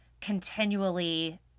continually